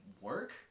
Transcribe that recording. work